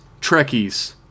Trekkies